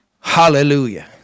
Hallelujah